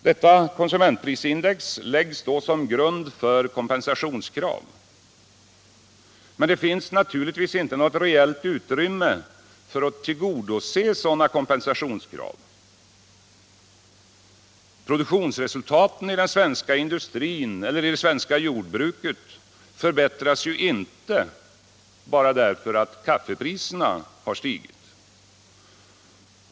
Detta konsumentprisindex läggs då som grund för kompensationskrav. Men det finns naturligtvis inte något reellt utrymme för att tillgodose sådana kompensationskrav; produktionsresultaten i den svenska industrin eller i det svenska jordbruket förbättras ju inte genom att kaffepriserna stiger.